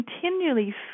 continually